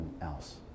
else